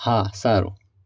હા સારું